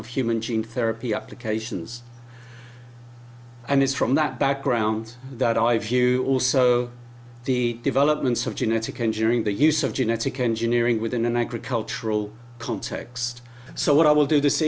of human gene therapy applications and it's from that background that i view also the developments of genetic engineering the use of genetic engineering within an agricultural context so what i will do th